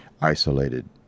isolated